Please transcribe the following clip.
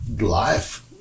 life